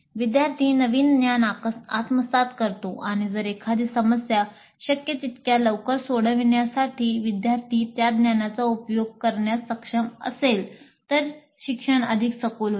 विद्यार्थी नवीन ज्ञान आत्मसात करतो आणि जर एखादी समस्या शक्य तितक्या लवकर सोडविण्यासाठी विद्यार्थी त्या ज्ञानाचा उपयोग करण्यास सक्षम असेल तर शिक्षण अधिक सखोल होते